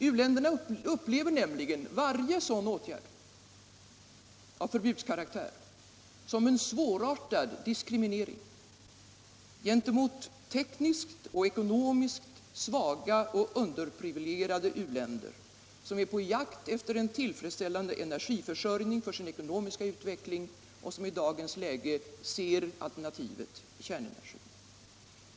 U-länderna upplever nämligen varje sådan åtgärd av förbudskaraktär som en svårartad diskriminering gentemot tekniskt och ekonomiskt svaga och underprivilegierade u-länder som är på jakt efter en tillfredsställande energiförsörjning för sin ekonomiska utveckling och som i dagens läge ser kärnenergin som ett hållbart alternativ.